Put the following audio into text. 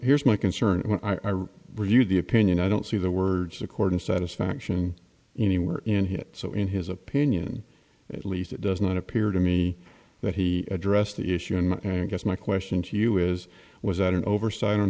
here's my concern are reviewed the opinion i don't see the words according satisfaction anywhere in here so in his opinion at least it does not appear to me that he addressed the issue and i guess my question to you is was that an oversight on